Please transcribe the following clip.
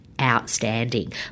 outstanding